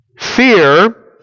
Fear